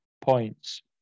points